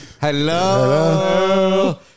Hello